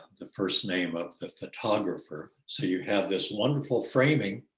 the first name of the photographer. so you have this wonderful framing,